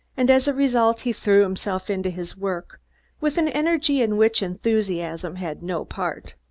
and as a result he threw himself into his work with an energy in which enthusiasm had no part.